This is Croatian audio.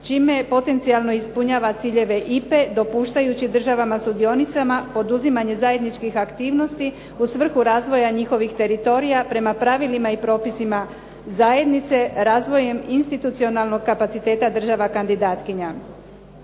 čime potencijalno ispunjava ciljeve IPA-e dopuštajući državama sudionicama poduzimanje zajedničkih aktivnosti u svrhu razvoja njihovih teritorija, prema pravilima i propisima zajednice, razvojem institucionalnog kapaciteta država kandidatkinja.